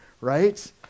right